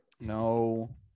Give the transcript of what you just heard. No